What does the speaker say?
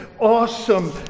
awesome